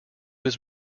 was